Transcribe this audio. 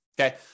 okay